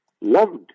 loved